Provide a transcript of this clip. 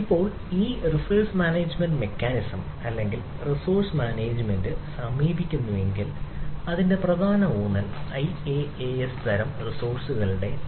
ഇപ്പോൾ നമ്മൾ ഈ റിസോഴ്സ് മാനേജ്മെന്റ് മെക്കാനിസം